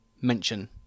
mention